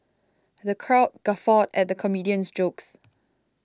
the crowd guffawed at the comedian's jokes